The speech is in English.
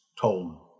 told